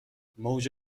موج